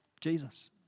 Jesus